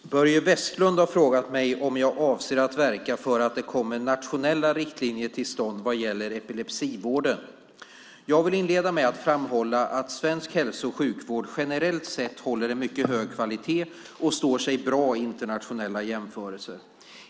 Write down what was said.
Fru talman! Börje Vestlund har frågat mig om jag avser att verka för att det kommer nationella riktlinjer till stånd vad gäller epilepsivården. Jag vill inleda med att framhålla att svensk hälso och sjukvård generellt sett håller en mycket hög kvalitet och står sig bra i internationella jämförelser.